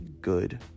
good